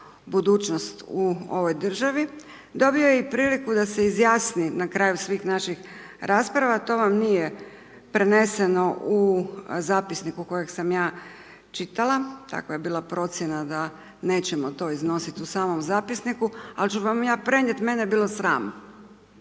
budućnost u ovoj državi. Dobio je i priliku da se izjasni na kraju svih naših rasprava, to vam nije preneseno u zapisniku kojeg sam ja čitala, takva je bila procjena da nećemo to iznositi u samom zapisniku, al' ću vam ja prenijet, mene je bilo sram.